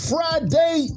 Friday